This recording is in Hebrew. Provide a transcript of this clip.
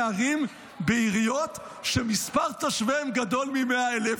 ערים בעיריות שמספר תושביהן גדול מ-100,000.